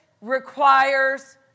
requires